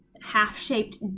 half-shaped